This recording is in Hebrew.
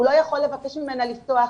הוא לא יכול לבקש ממנה לפתוח,